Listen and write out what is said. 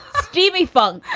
steamy fun